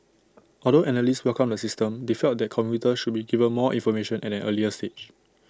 although analysts welcomed the system they felt that commuters should be given more information at an earlier stage